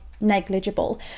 negligible